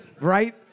Right